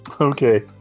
Okay